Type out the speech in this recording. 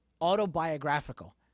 autobiographical